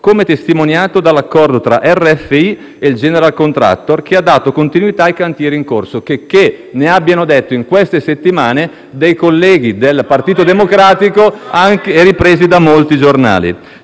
come testimoniato dall'accordo tra RFI e il *general contractor*, che ha dato continuità ai cantieri in corso, checché ne abbiano detto in queste settimane i colleghi del Partito Democratico, ripresi da molti giornali.